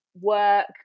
work